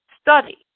study